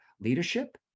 leadership